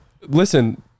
Listen